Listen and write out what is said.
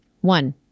One